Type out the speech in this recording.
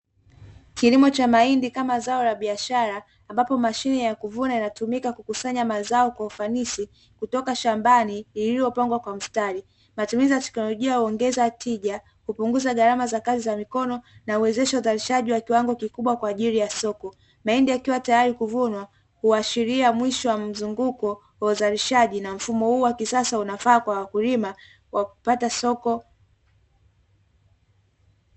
Kilimo cha mahindi kama zao la biashara ambapo mashine ya kuvuna inatumika kukusanya mazao kwa ufanisi kutoka shambani iliopangwa kwa mstari matumizi ya teknolojia huongeza tija, hupunguza gharama za kazi za mikono na uwezesha uzalishaji wa kiwango kikubwa kwa ajili ya soko. mahindi yakiwa tayari kuvunwa huashiria mwisho wa mzunguko wa uzalishaji na mfumo huu wa kisasa huwezesha wakulima kupata soko.